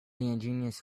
ingenious